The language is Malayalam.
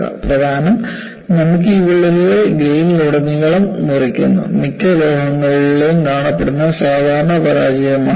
പ്രധാനം നമുക്ക് ഈ വിള്ളലുകൾ ഗ്രേനിലുടനീളം മുറിക്കുന്നു മിക്ക ലോഹങ്ങളിലും കാണപ്പെടുന്ന സാധാരണ പരാജയമാണിത്